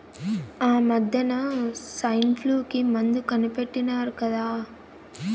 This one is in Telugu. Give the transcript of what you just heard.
ఆమద్దెన సైన్ఫ్లూ కి మందు కనిపెట్టినారు కదా